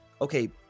okay